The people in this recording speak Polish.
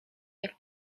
jak